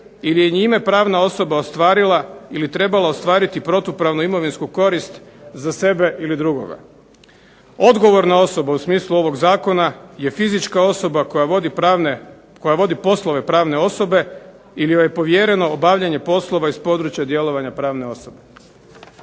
ili je njime pravna osoba ostvarila ili trebala ostvariti protupravnu imovinsku korist za sebe ili drugoga. Odgovorna osoba u smislu ovog zakona je fizička osoba koja vodi poslove pravne osobe ili joj je povjereno obavljanje poslova iz područja djelovanja pravne osobe.